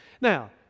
now